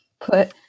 put